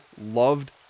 loved